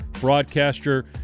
broadcaster